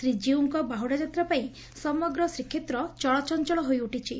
ଶ୍ରୀଜୀଉଙ୍କ ବାହୁଡାଯାତ୍ରା ପାଇଁ ସମଗ୍ର ଶ୍ରୀକ୍ଷେତ୍ର ଚଳଚଅଳ ହୋଇଉଠିଛି